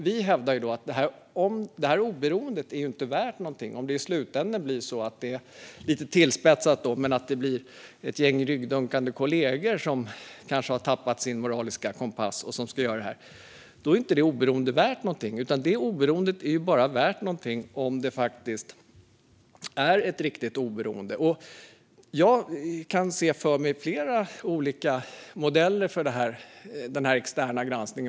Vi hävdar dock att detta oberoende inte är värt någonting om det i slutändan blir så att det, lite tillspetsat, blir ett gäng ryggdunkande kollegor som kanske har tappat sin moraliska kompass som ska göra detta. Oberoendet är bara värt någonting om det faktiskt är ett riktigt oberoende. Jag kan se framför mig flera olika modeller för en extern granskning.